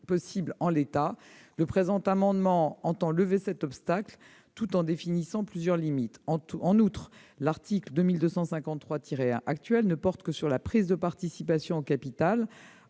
possible en l'état. Cet amendement tend à lever un tel obstacle tout en définissant plusieurs limites. De plus, l'article L. 2253-1 ne porte que sur la prise de participation au capital.